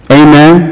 amen